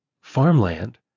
farmland